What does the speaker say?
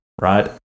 right